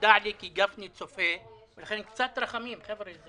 נודע לי כי גפני צופה ולכן קצת רחמים, חבר'ה.